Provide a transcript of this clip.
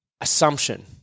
assumption